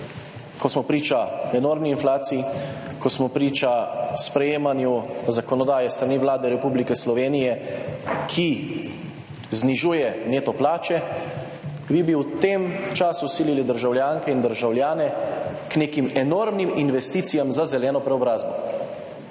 ko smo priča enormni inflaciji, ko smo priča sprejemanju zakonodaje s strani Vlade Republike Slovenije, ki znižuje neto plače, vi bi v tem času silili državljanke in državljane k nekim enormnim investicijam za zeleno preobrazbo.